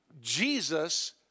Jesus